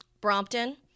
Brompton